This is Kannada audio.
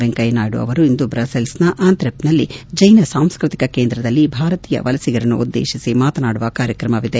ವೆಂಕಯ್ಯನಾಯ್ಡು ಅವರು ಇಂದು ಬ್ರಸ್ನೆಲ್ಪ್ ನ ಅಂಥ್ ವ್ರೆಪ್ನಲ್ಲಿ ಜ್ಟಿನ ಸಾಂಸ್ಕೃತಿಕ ಕೇಂದ್ರದಲ್ಲಿ ಭಾರತೀಯ ವಲಸಿಗರನ್ನು ಉದ್ದೇಶಿಸಿ ಮಾತನಾಡುವ ಕಾರ್ಯಕ್ರಮವಿದೆ